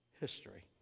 history